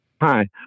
Hi